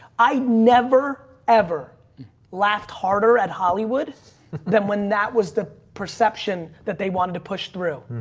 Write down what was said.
i never ever laughed harder at hollywood than when that was the perception that they wanted to push through.